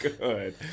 good